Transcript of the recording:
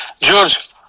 george